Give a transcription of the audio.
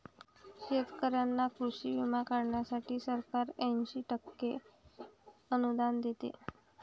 शेतकऱ्यांना कृषी विमा काढण्यासाठी सरकार ऐंशी टक्के अनुदान देते